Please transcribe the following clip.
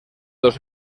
dos